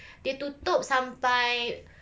they tutup sampai